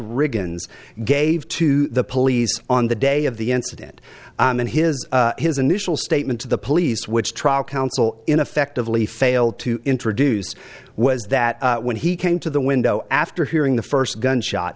riggins gave to the police on the day of the incident and his his initial statement to the police which tribal council in effectively failed to introduce was that when he came to the window after hearing the first gunshot